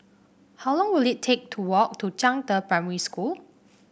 how long will it take to walk to Zhangde Primary School